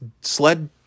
sled